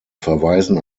verweisen